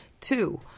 Two